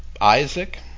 Isaac